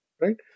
right